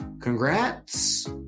Congrats